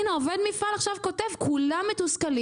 הנה, עובד מפעל עכשיו כותב, כולם מתוסכלים.